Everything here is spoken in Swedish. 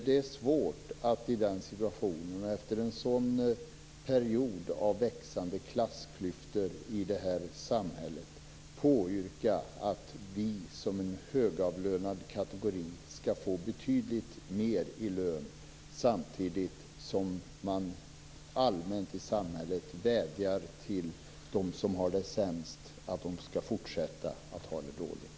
Det är svårt att i den situationen, och efter en sådan period av växande klassklyftor i det här samhället, påyrka att vi som högavlönad kategori skall få betydligt mer i lön samtidigt som man allmänt i samhället vädjar till dem som har det sämst och säger att de skall fortsätta att ha det dåligt.